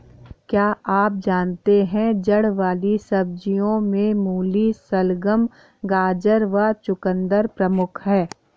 क्या आप जानते है जड़ वाली सब्जियों में मूली, शलगम, गाजर व चकुंदर प्रमुख है?